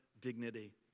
dignity